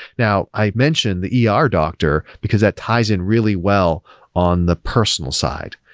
now, i mentioned the yeah ah doctor, because that ties in really well on the personal side.